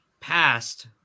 passed